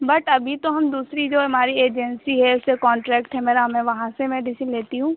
but अभी तो हम दूसरी जो हमारी एजेन्सी है जिससे कॉन्ट्रैक्ट है मेरा मैं वहाँ से मेडिसिन लेती हूँ